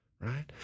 right